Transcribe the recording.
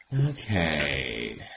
Okay